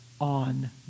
on